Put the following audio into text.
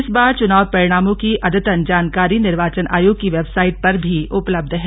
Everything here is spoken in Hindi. इस बार चुनाव परिणामों की अद्यतन जानकारी निर्वाचन आयोग की वेबसाइट पर भी उपलब्ध है